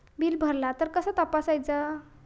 Bill भरला तर कसा तपसायचा?